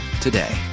today